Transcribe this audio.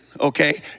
Okay